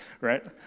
right